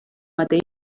mateix